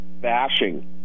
bashing